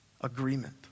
agreement